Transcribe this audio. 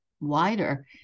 wider